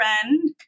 friend